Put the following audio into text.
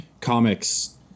comics